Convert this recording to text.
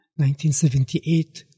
1978